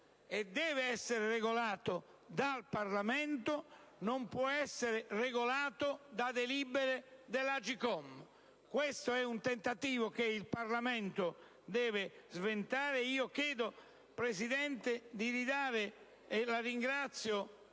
e deve essere regolato dal Parlamento, non può essere regolato da delibere dell'Agcom. Questo è un tentativo che il Parlamento deve sventare e sono lieto che sia proprio